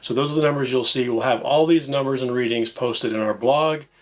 so those are the numbers you'll see. we'll have all these numbers and readings posted in our blog,